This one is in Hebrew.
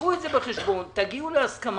קחו את זה בחשבון, תגיעו להסכמה.